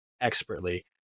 expertly